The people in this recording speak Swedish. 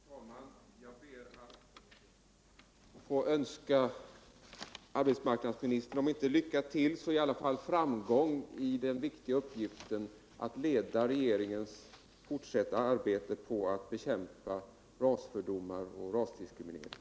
Herr talman! Jag ber att få önska arbetsmarknadsministern, om inte ”lycka till”. så i alla fall framgång i den viktiga uppgiften att leda regeringens arbete på att bekämpa rasfördomar och diskriminering.